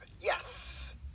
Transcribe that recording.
yes